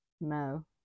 No